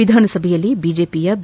ವಿಧಾನಸಭೆಯಲ್ಲಿ ಬಿಜೆಪಿಯ ಬಿ